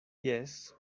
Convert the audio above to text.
jes